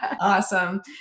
Awesome